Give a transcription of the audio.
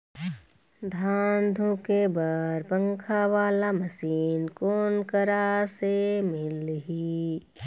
धान धुके बर पंखा वाला मशीन कोन करा से मिलही?